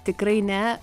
tikrai ne